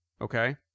Okay